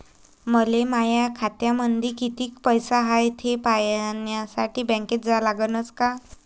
मले माया खात्यामंदी कितीक पैसा हाय थे पायन्यासाठी बँकेत जा लागनच का?